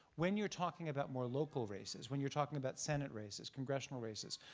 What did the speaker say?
when you're talking about more local races, when you're talking about senate races, congressional races,